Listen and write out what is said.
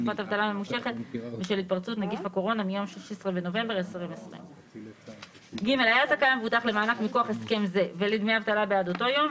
תקופת אבטלה ממושכת בשל התפרצות נגיף הקורונה מיום 16 בנובמבר 2020. (ג) היה זכאי המבוטח למענק מכוח הסכם זה ולדמי אבטלה בעד אותו יום,